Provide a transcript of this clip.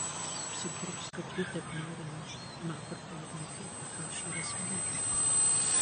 apsikirps kad ji taip nori nors aną kartą juk nekirpo prašė razmienės